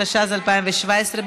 התשע"ז 2017,